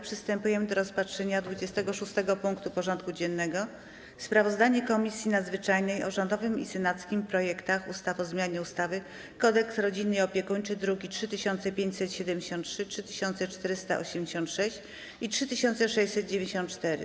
Przystępujemy do rozpatrzenia punktu 26. porządku dziennego: Sprawozdanie Komisji Nadzwyczajnej o rządowym i senackim projektach ustaw o zmianie ustawy Kodeks rodzinny i opiekuńczy (druki nr 3573, 3486 i 3694)